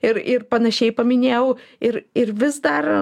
ir ir panašiai paminėjau ir ir vis dar